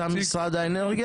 אתה משרד האנרגיה?